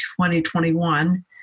2021